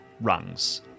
rungs